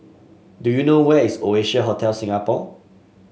do you know where is Oasia Hotel Singapore